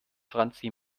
franzi